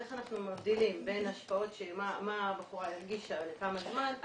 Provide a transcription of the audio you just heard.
איך אנחנו מבדילים בין ההשפעות של מה הבחורה הרגישה ולכמה זמן,